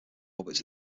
orbits